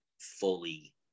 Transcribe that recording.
fully